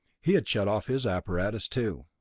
he had shut off his apparatus too.